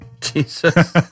Jesus